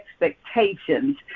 expectations